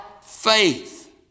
faith